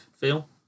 feel